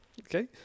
Okay